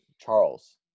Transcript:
Charles